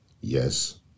yes